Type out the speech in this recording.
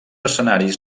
escenaris